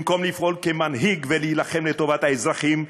במקום לפעול כמנהיג ולהילחם לטובת האזרחים,